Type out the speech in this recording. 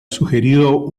sugerido